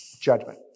judgment